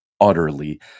utterly